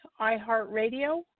iHeartRadio